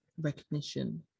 recognition